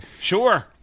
Sure